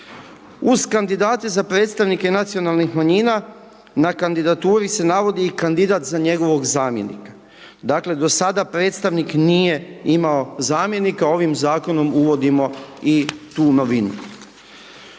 Uz kandidate za predstavnike nacionalnih manjina, na kandidaturi se navodi i kandidat za njegovog zamjenika. Dakle, do sada predstavnik nije imao zamjenika, ovim zakonom uvodimo i tu novinu.